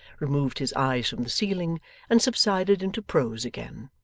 removed his eyes from the ceiling and subsided into prose again.